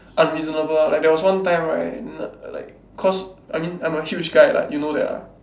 unreasonable ah like there was one time right like cause I mean I'm a huge guy lah you know that lah